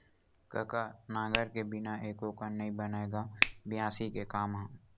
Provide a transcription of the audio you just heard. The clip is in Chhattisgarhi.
कका नांगर के बिना एको कन नइ बनय गा बियासी के काम ह?